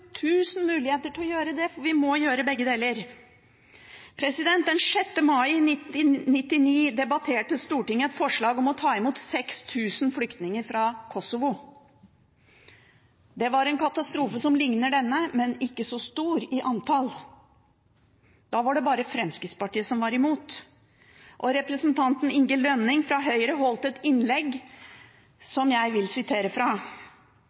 muligheter til å gjøre det, for vi må gjøre begge deler. Den 6. mai 1999 debatterte Stortinget et forslag om å ta imot 6 000 flyktninger fra Kosovo. Det var en katastrofe som ligner denne, men ikke så stor i antall. Da var det bare Fremskrittspartiet som var imot. Representanten Inge Lønning fra Høyre holdt et innlegg som jeg vil sitere fra. Han sa at den gangen var Hagens budskap fra